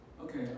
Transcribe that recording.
Okay